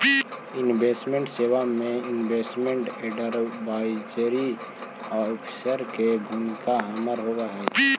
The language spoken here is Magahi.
इन्वेस्टमेंट सेवा में इन्वेस्टमेंट एडवाइजरी ऑफिसर के भूमिका अहम होवऽ हई